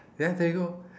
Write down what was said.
ya there you go